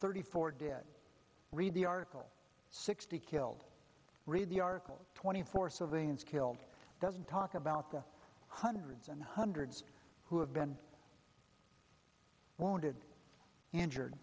thirty four did read the article sixty killed read the article twenty four civilians killed doesn't talk about the hundreds and hundreds who have been wounded injured